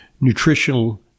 nutritional